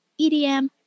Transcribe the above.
EDM